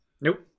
Nope